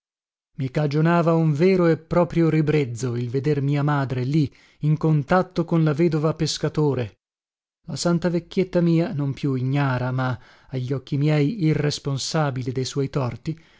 e i cagionava un vero e proprio ribrezzo il veder mia madre là in contatto con la vedova pescatore la santa vecchietta mia non più ignara ma agli occhi miei irresponsabile de suoi torti